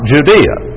Judea